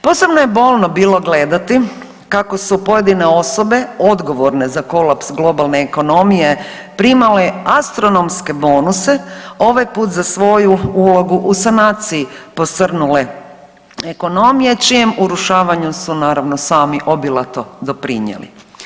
Posebno je bolno bilo gledati kako su pojedine osobe odgovorne za kolaps globalne ekonomije, primale astronomske bonuse ovaj put za svoju ulogu u sanaciji posrnule ekonomije, čijem urušavanju su naravno sami obilato doprinijeli.